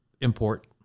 import